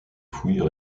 fouilles